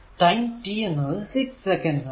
time t എന്നത് 6 second ആണ്